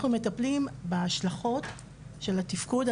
אנחנו מטפלים בהשלכות של התפקוד,